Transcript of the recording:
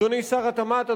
אדוני שר התמ"ת,